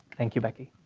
thank you, becky.